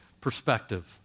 perspective